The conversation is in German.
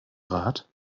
rat